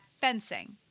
fencing